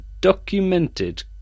documented